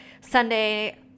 Sunday